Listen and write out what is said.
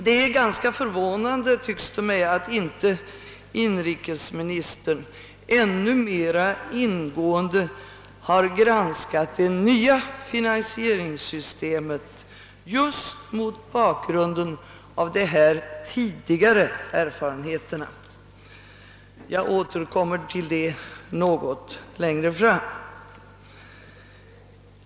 Det är ganska förvånande tycks det mig att inte inrikesministern ännu mera ingående har granskat det nya finansieringssystemet mot bakgrunden av dessa tidigare erfargnheter. Jag återkommer till det längre fram.